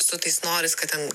su tais norais kad ten